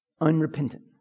Unrepentant